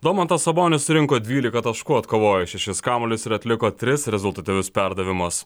domantas sabonis surinko dvylika taškų atkovojo šešis kamuolius ir atliko tris rezultatyvius perdavimus